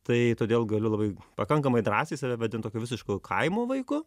tai todėl galiu labai pakankamai drąsiai save vadint tokiu visišku kaimo vaiku